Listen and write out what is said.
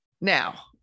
Now